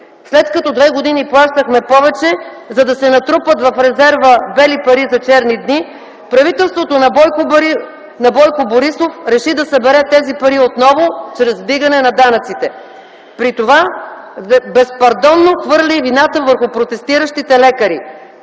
След като две години плащахме повече, за да се натрупат в резерва бели пари за черни дни, правителството на Бойко Борисов реши да събере тези пари отново чрез вдигане на данъците, при това безпардонно хвърли вината върху протестиращите лекари